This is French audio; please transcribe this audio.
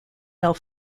elle